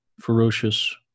ferocious